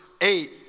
eight